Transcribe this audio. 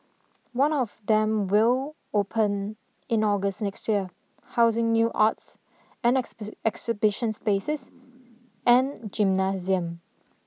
one of them will open in August next year housing new arts and exhibit exhibition spaces and gymnasium